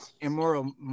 immoral